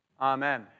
Amen